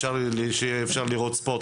שיהיה אפשר לראות ספורט.